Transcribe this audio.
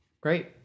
great